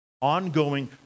ongoing